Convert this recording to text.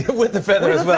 but with a feather, as but